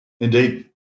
Indeed